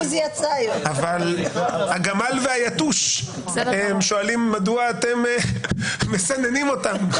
אבל הגמל והיתוש שואלים מדוע אתם מסננים אותם.